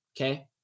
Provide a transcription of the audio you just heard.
Okay